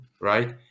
right